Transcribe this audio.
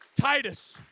Titus